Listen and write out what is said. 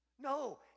No